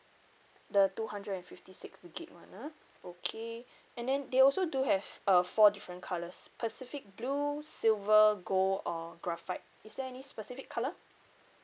the two hundred and fifty six gig one ah okay and then they also do have uh four different colours pacific blue silver gold or graphite is there any specific colour